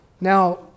now